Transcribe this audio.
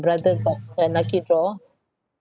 brother got a lucky draw